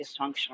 dysfunctional